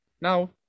Now